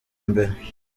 mbere